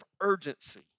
urgency